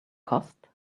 cost